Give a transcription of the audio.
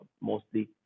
mostly